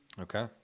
Okay